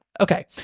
Okay